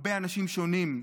הרבה אנשים שונים.